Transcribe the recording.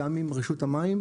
גם עם רשות המים,